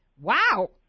Wow